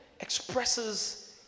expresses